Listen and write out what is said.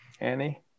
Annie